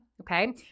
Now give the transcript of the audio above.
okay